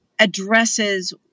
addresses